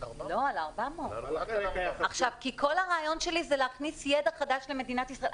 על 400. כי כל הרעיון שלי זה להכניס ידע חדש למדינת ישראל.